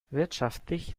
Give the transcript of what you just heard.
wirtschaftlich